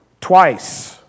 twice